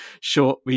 short